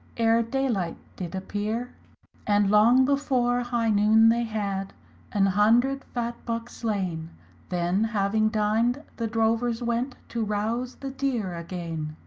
ere day-light did appeare and long before high noone they had an hundred fat buckes slaine then having din'd, the drovyers went to rouze the deare againe.